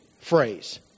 phrase